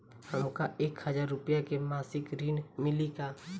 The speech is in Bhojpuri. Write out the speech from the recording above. हमका एक हज़ार रूपया के मासिक ऋण मिली का?